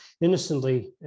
innocently